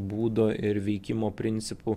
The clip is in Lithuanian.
būdo ir veikimo principu